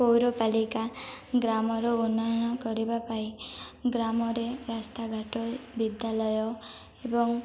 ପୌରପାଳିକା ଗ୍ରାମର ଉନ୍ନୟନ କରିବା ପାଇଁ ଗ୍ରାମରେ ରାସ୍ତାଘାଟ ବିଦ୍ୟାଳୟ ଏବଂ